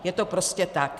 Je to prostě tak.